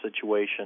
situation